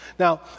Now